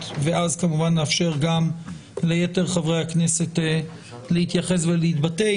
ואז כמובן נאשר גם ליתר חברי הכנסת להתייחס ולהתבטא.